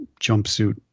jumpsuit